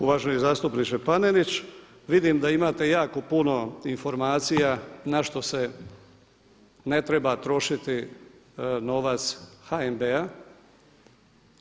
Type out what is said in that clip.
Uvaženi zastupniče Panenić vidim da imate jako puno informacija na što se ne treba trošiti novac HNB-a.